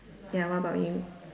ya what about you